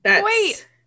Wait